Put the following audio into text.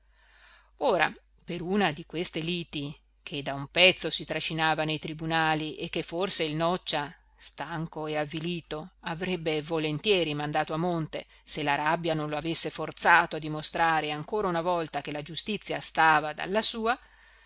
ora per una di queste liti che da un pezzo si trascinava nei tribunali e che forse il noccia stanco e avvilito avrebbe volentieri mandato a monte se la rabbia non lo avesse forzato a dimostrare ancora una volta che la giustizia stava dalla sua